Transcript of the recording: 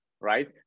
right